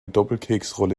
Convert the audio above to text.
doppelkeksrolle